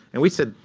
and we said,